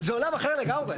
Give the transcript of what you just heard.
זה עולם אחר לגמרי.